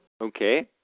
Okay